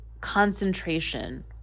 concentration